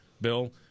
bill